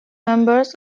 members